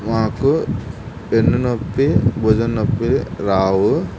మాకు వెన్నునొప్పి భుజం నొప్పి రావు